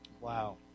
Wow